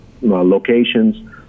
locations